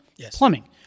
plumbing